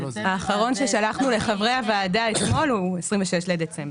והאחרון ששלחנו לחברי הוועדה אתמול הוא מ-26 בדצמבר.